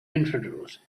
infidels